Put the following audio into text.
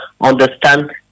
understand